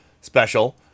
special